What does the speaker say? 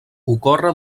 ocorre